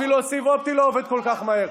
אפילו הסיב האופטי לא עובד כל כך מהר.